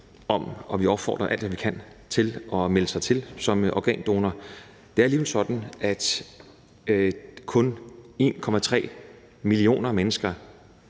og vi opfordrer alt, hvad vi kan, til at melde sig til som organdonor – at kun 1,3 millioner mennesker